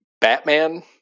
Batman